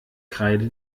kreide